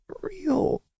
real